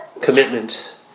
commitment